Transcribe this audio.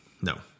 No